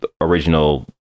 original